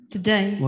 Today